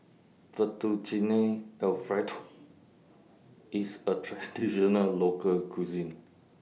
Fettuccine Alfredo IS A Traditional Local Cuisine